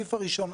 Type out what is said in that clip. הסעיף הראשון.